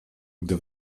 gdy